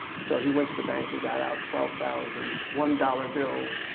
so he went to the bank and got out twelve thousand one-dollar bills,